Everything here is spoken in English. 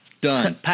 Done